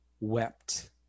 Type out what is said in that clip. wept